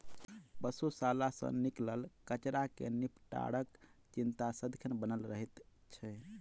पशुशाला सॅ निकलल कचड़ा के निपटाराक चिंता सदिखन बनल रहैत छै